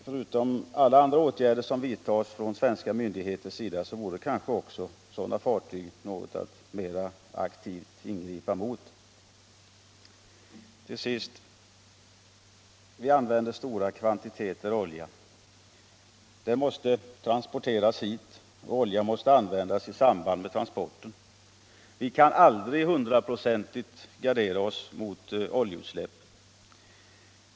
Förutom alla andra åtgärder som vidtas av svenska myndigheter borde man kanske också något mera aktivt ingripa mot sådana fartyg. Till sist vill jag säga att vi använder stora kvantiteter olja. Den måste fraktas hit, och olja måste användas i samband med transporten. Vi kan aldrig hundraprocentigt gardera oss mot oljeutsläpp.